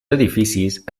edificis